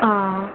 ஆ